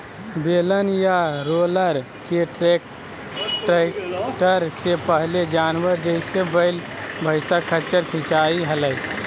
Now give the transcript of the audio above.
बेलन या रोलर के ट्रैक्टर से पहले जानवर, जैसे वैल, भैंसा, खच्चर खीचई हलई